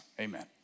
amen